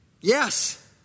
Yes